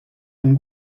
von